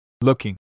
looking